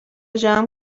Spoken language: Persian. جمع